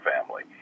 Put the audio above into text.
family